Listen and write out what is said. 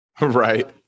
Right